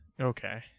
Okay